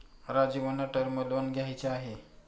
राजीवना term loan घ्यायचे आहे